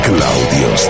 Claudio